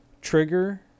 Trigger